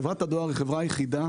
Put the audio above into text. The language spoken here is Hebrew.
חברת הדואר היא החברה היחידה